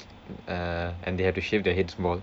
uh and they had to shave their heads bald